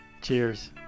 Cheers